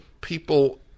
People